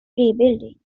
rebuilding